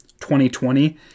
2020